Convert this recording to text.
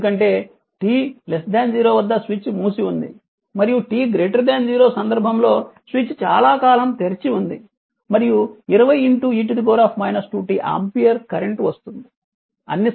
ఎందుకంటే t 0 వద్ద switch మూసి ఉంది మరియు t 0 సందర్భంలో స్విచ్ చాలా కాలం తెరిచి ఉంది మరియు 20 e 2 t ఆంపియర్ కరెంట్ వస్తుంది